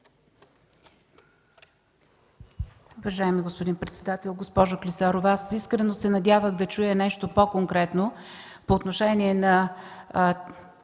Уважаеми господин председател, госпожо Клисарова! Искрено се надявах да чуя нещо по-конкретно по отношение на